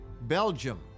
Belgium